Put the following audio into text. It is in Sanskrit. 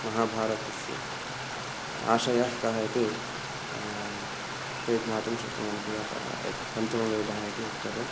महाभारतस्य आशयः कः इति ते ज्ञातुं शक्नुवन्ति अतः एतत् पञ्चमवेदः इति उच्यते